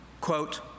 quote